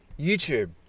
YouTube